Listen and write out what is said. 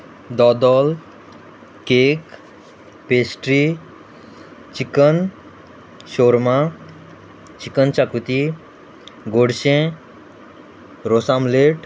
दोदोल cake pastry chicken शोरमा chicken xacuti गोडशें रोस आमलेट